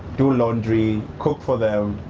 do laundry, cook for them,